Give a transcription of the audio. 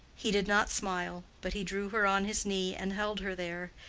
he did not smile, but he drew her on his knee and held her there,